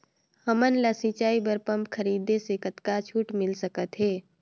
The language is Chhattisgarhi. हमन ला सिंचाई बर पंप खरीदे से कतका छूट मिल सकत हे?